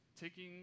taking